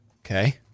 Okay